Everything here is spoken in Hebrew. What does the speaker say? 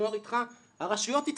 הנוער איתך, הרשויות איתך,